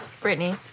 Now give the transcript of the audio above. Brittany